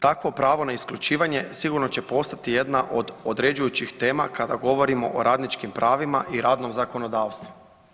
Takvo pravo na isključivanje sigurno će postati jedna od određujućih tema kada govorimo o radničkim pravima i radnom zakonodavstvu.